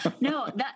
No